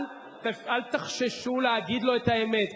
אל תחששו להגיד לו את האמת.